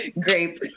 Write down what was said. Grape